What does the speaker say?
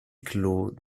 clos